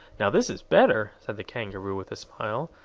now this is better! said the kangaroo, with a smile.